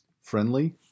friendly